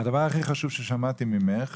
הדבר הכי חשוב ששמעתי ממך,